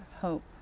hope